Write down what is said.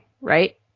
right